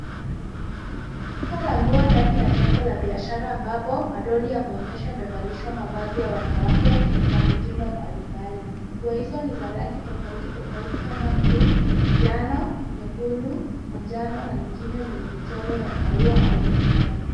Ni duka la nguo ndani ya jengo la biashara ambapo madoli yameonyeshwa yamevalishwa mavazi ya wanawake ya mitindo mbalimbali. Nguo hizo ni za rangi tofauti tofauti kama bluu, njano, nyekundu, manjano na nyingine zenye michoro ya maua au mistari.